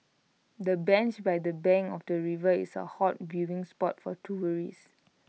the bench by the bank of the river is A hot viewing spot for tourists